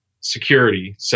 security